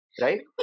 right